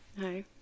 Hi